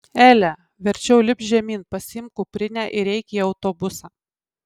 ele verčiau lipk žemyn pasiimk kuprinę ir eik į autobusą